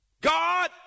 God